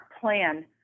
plan